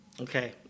Okay